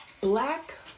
Black